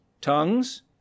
tongues